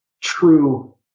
true